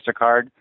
MasterCard